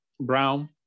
Brown